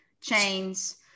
Chains